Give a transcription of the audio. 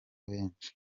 benshi